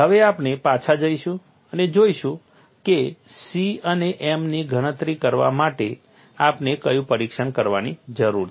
હવે આપણે પાછા જઈશું અને જોઈશું કે C અને m ની ગણતરી કરવા માટે આપણે કયું પરીક્ષણ કરવાની જરૂર છે